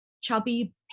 chubby